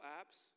apps